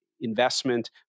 investment